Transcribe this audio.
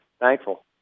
Thankful